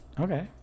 Okay